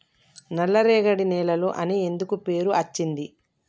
నల్లరేగడి నేలలు అని ఎందుకు పేరు అచ్చింది?